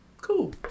cool